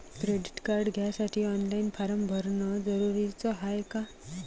Credit card घ्यासाठी online form भरन जरुरीच हाय का?